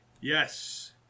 Yes